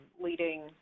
leading